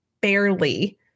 barely